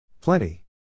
Plenty